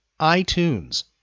iTunes